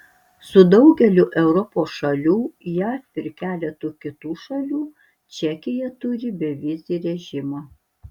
su daugeliu europos šalių jav ir keletu kitų šalių čekija turi bevizį režimą